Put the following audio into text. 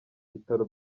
bitaro